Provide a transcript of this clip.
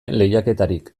lehiaketarik